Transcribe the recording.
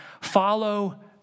follow